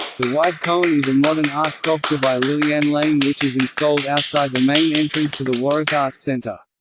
the white koan is a modern art sculpture by liliane lijn which is installed outside the main entrance to the warwick arts centre.